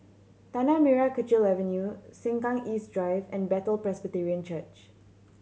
Tanah Merah Kechil Avenue Sengkang East Drive and Bethel Presbyterian Church